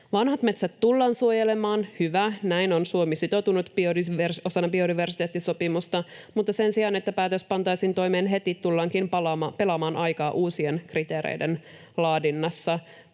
Vanhat metsät tullaan suojelemaan, hyvä, tähän on Suomi sitoutunut osana biodiversiteettisopimusta, mutta sen sijaan, että päätös pantaisiin toimeen heti, tullaankin pelaamaan aikaa uusien kriteereiden laadinnassa.